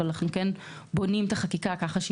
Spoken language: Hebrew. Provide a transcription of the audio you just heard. אבל אנחנו בונים את החקיקה כך,